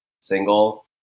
single